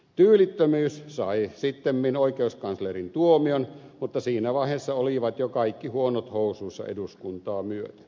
tyylittömyys sai sittemmin oikeuskanslerin tuomion mutta siinä vaiheessa olivat jo kaikki huonot housuissa eduskuntaa myöten